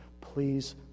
please